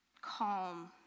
calm